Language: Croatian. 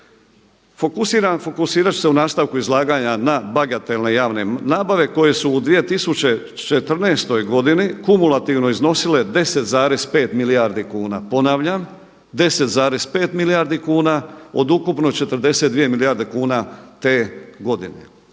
Fokusirat ću se u nastavku izlaganja na bagatelne javne nabave koje su u 2014. godini kumulativno iznosile 10,5 milijardi kuna. Ponavljam 10,5 milijardi kuna od ukupno 42 milijarde kuna te godine.